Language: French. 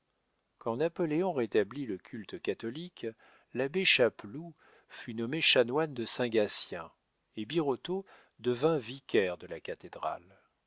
quand napoléon rétablit le culte catholique l'abbé chapeloud fut nommé chanoine de saint gatien et birotteau devint vicaire de la cathédrale